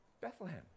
Bethlehem